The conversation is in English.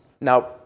Now